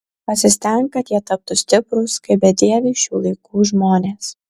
pasistenk kad jie taptų stiprūs kaip bedieviai šių laikų žmonės